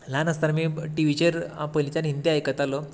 ल्हान आसतना आमी टिव्हीचेर हांव पयलींच्यान हिंदी आयकतालो